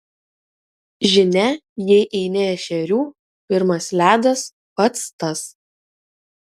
žinia jei eini ešerių pirmas ledas pats tas